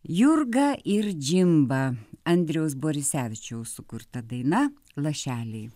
jurgą ir džimba andriaus borisevičiaus sukurta daina lašeliai